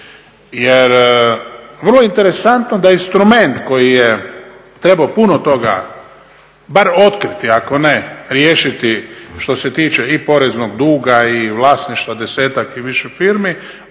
Vrlo je interesantno da instrument koji je trebao puno toga bar otkriti ako ne riješiti, što se tiče i poreznog duga i vlasništva desetak i više firmi,